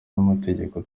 n’amategeko